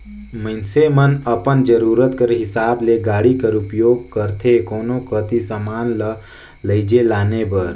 मइनसे मन अपन जरूरत कर हिसाब ले गाड़ी कर उपियोग करथे कोनो कती समान ल लेइजे लाने बर